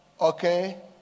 okay